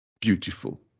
beautiful